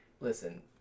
Listen